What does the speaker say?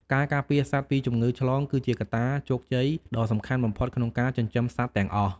ការការពារសត្វពីជំងឺឆ្លងគឺជាកត្តាជោគជ័យដ៏សំខាន់បំផុតក្នុងការចិញ្ចឹមសត្វទាំងអស់។